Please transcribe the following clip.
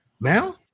Now